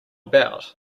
about